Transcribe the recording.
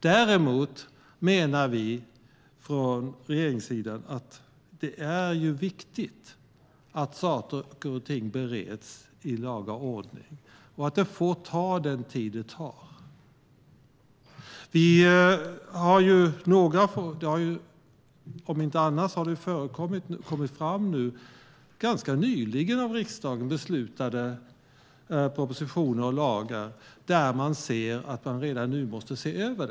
Däremot menar vi från regeringssidan att det är viktigt att saker och ting bereds i laga ordning och att det får ta den tid det tar. Det har ganska nyligen kommit fram av riksdagen beslutade propositioner och lagar som redan nu måste ses över.